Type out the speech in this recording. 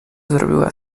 zrobiła